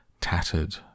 tattered